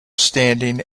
standing